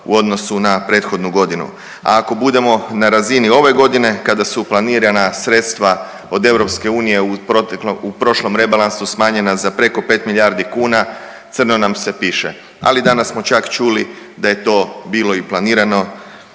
u odnosu na prethodnu godinu, a ako budemo na razini ove godine kada su planirana sredstava od EU u proteklom, u prošlom rebalansu smanjena za preko 5 milijardi kuna crno nam se piše, ali danas smo čak čuli da je to bilo i planirano.